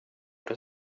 det